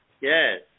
Yes